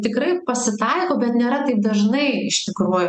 tikrai pasitaiko bet nėra taip dažnai iš tikrųjų